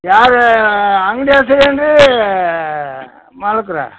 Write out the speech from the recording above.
ಯಾರೀ ಅಂಗಡಿ ಹೆಸ್ರು ಏನು ರೀ ಮಾಲಕರೆ